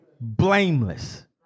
Blameless